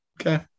Okay